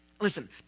Listen